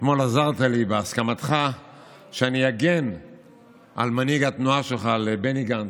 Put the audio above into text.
גם הם כמו נחל האסי, שהרי הם סגורים בפני רבים